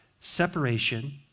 separation